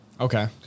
Okay